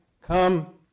come